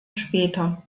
später